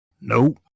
Nope